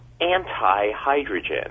anti-hydrogen